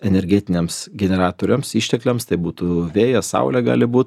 energetiniams generatoriams ištekliams tai būtų vėjas saulė gali būt